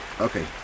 Okay